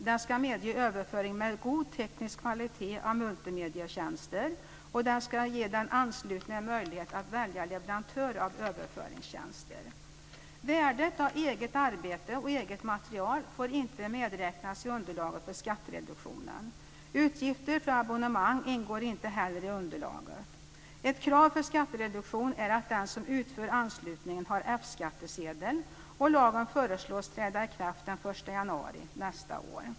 Den ska medge överföring med god teknisk kvalitet av multimedietjänster, och den ska ge den anslutne möjlighet att välja leverantör av överföringstjänster. Värdet av eget arbete och eget material får inte medräknas i underlaget för skattereduktionen. Utgifter för abonnemang ingår inte heller i underlaget. Ett krav för skattereduktion är att den som utför anslutningen har F-skattsedel. Lagen föreslås träda i kraft den 1 januari nästa år.